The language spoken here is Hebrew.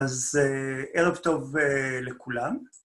אז ערב טוב לכולם.